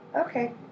Okay